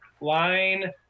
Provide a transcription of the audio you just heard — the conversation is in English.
line